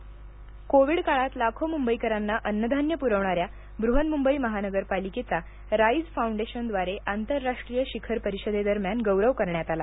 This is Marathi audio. मुंबई कोरोना कोविड काळात लाखो मुंबईकरांना अन्न धान्य पुरविणाऱ्या ब्रहन्मुंबई महानगरपालिकेचा राईज़ फाउंडेशन द्वारे आंतरराष्ट्रीय शिखर परिषदे दरम्यान गौरव करण्यात आला